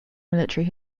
military